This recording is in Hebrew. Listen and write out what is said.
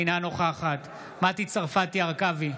אינה נוכחת מטי צרפתי הרכבי,